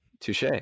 touche